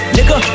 Nigga